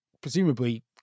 presumably